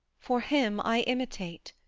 for him i imitate.